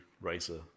racer